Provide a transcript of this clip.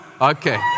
Okay